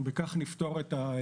וכך נפתור את הנושא.